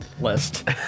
list